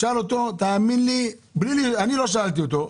תשאל אותו ותאמין לי אני לא שאלתי אותו,